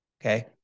okay